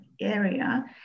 area